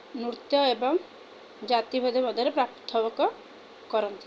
ନୃତ୍ୟ ଏବଂ ଜାତିଭେଦ ମଧ୍ୟରେ କରନ୍ତି